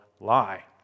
lie